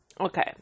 Okay